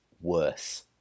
worse